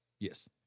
Yes